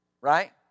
Right